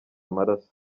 amaraso